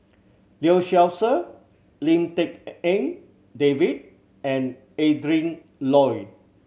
Lee Seow Ser Lim Tik En David and Adrin Loi